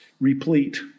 replete